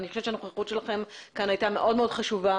אני חושבת שהנוכחות שלכם כאן הייתה מאוד מאוד חשובה.